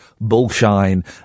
Bullshine